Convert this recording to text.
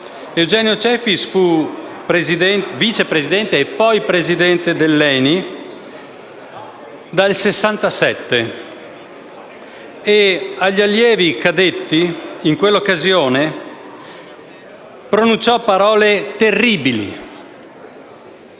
Eugenio Cefis, che fu vice presidente e poi presidente dell'ENI dal 1967. Agli allievi cadetti in quell'occasione pronunciò parole terribili.